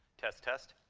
test, test.